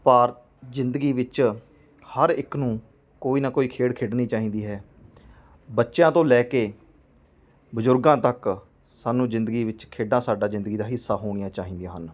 ਪਰ ਜ਼ਿੰਦਗੀ ਵਿੱਚ ਹਰ ਇੱਕ ਨੂੰ ਕੋਈ ਨਾ ਕੋਈ ਖੇਡ ਖੇਡਣੀ ਚਾਹੀਦੀ ਹੈ ਬੱਚਿਆਂ ਤੋਂ ਲੈ ਕੇ ਬਜ਼ੁਰਗਾਂ ਤੱਕ ਸਾਨੂੰ ਜ਼ਿੰਦਗੀ ਵਿੱਚ ਖੇਡਾਂ ਸਾਡਾ ਜ਼ਿੰਦਗੀ ਦਾ ਹਿੱਸਾ ਹੋਣੀਆਂ ਚਾਹੀਦੀਆਂ ਹਨ